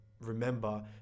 remember